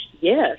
yes